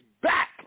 back